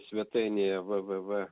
svetainėje v v v